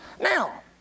Now